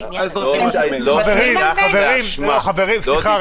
--- חברים, חברים, סליחה.